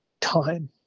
time